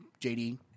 JD